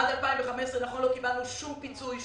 עד 2015 לא קיבלנו שום פיצוי,